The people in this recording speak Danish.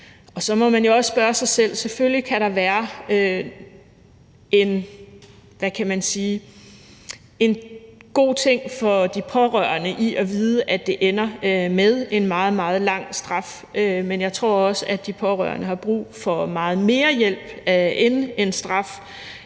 kan der være en, hvad kan man sige, god ting for de pårørende i at vide, at det ender med en meget, meget lang straf, men jeg tror også, at de pårørende har brug for meget mere hjælp frem for en straf,